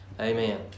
amen